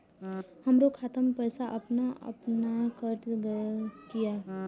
हमरो खाता से पैसा अपने अपनायल केट गेल किया?